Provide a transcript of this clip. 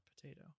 Potato